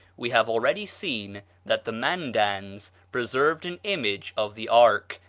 we have already seen that the mandans preserved an image of the ark,